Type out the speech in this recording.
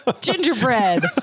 gingerbread